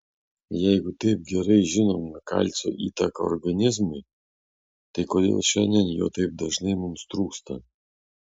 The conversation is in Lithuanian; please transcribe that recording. jeigu taip gerai žinome kalcio įtaką organizmui tai kodėl šiandien jo taip dažnai mums trūksta